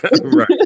Right